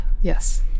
Yes